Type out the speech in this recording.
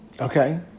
Okay